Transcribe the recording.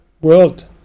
world